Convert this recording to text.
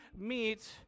meet